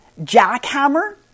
jackhammer